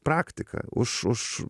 praktika už už